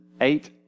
eight